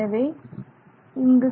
எனவே இங்கு